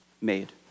made